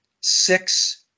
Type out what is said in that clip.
six